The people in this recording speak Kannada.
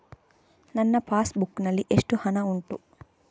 ನನ್ನ ಪಾಸ್ ಬುಕ್ ನಲ್ಲಿ ಎಷ್ಟು ಹಣ ಉಂಟು?